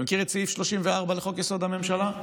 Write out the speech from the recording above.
אתה מכיר את סעיף 34 לחוק-יסוד: הממשלה?